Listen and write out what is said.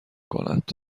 کند